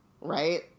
Right